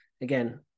Again